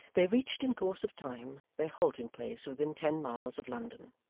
they reached, in course of time, their halting-place within ten miles of london,